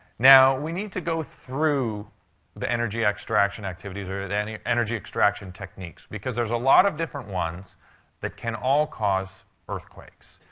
now, we need to go through the energy extraction activities or the and the energy extraction techniques. because there's a lot of different ones that can all cause earthquakes.